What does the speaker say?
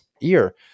ear